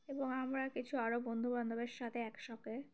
এবং আমরা কিছু আরও বন্ধুবান্ধবের সাথে একসঙ্গে